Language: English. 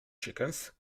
chickens